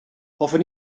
hoffwn